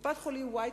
קופת-חולים y תגיד: